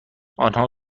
آنها